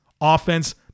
offense